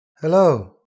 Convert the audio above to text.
Hello